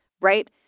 right